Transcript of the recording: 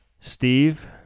Steve